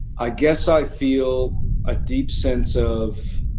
i guess i feel, a deep sense of.